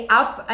up